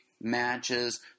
matches